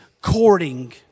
courting